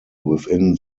within